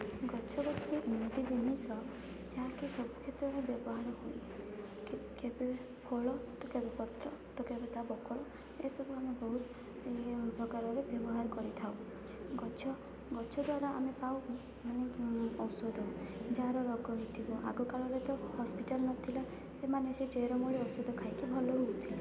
ଗଛ ଏକ ଏମିତି ଜିନିଷ ଯାହାକି ସବୁ କ୍ଷେତ୍ରରେ ବ୍ୟବହାର ହୁଏ କେ କେବେ ଫଳ ତ କେବେ ପତ୍ର ତ କେବେ ତା ବକଳ ଏ ସବୁ ଆମେ ବହୁତ ଏ ପ୍ରକାରରେ ବ୍ୟବହାର କରିଥାଉ ଗଛ ଗଛ ଦ୍ୱାରା ଆମେ ପାଉ ଔଷଧ ଯାହାର ରୋଗ ହେଇଥିବ ଆଗକାଳରେ ତ ହସ୍ପିଟାଲ ନଥିଲା ସେମାନେ ସେ ଚେରମୂଳି ଔଷଧ ଖାଇକି ଭଲ ହଉଥିଲେ